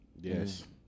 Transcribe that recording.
Yes